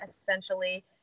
essentially